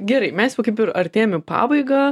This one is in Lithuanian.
gerai mes jau kaip ir artėjam į pabaigą